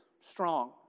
strong